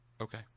Okay